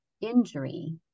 injury